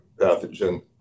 pathogen